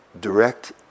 direct